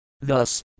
Thus